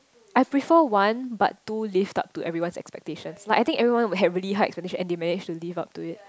I prefer one but two lived up to everyone's expectations like I think everyone would had really high expectation and they manage to live up to it